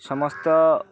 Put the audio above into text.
ସମସ୍ତ